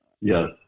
Yes